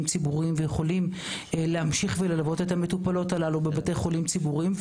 ציבוריים ויכולים להמשיך וללוות את המטופלות הללו בבתי חולים ציבוריים.